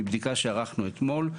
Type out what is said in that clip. מבדיקה שערכנו אתמול,